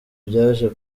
byaje